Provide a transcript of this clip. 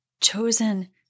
chosen